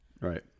Right